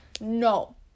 No